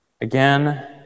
Again